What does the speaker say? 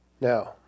Now